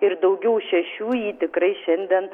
ir daugiau šešių ji tikrai šiandien